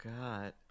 God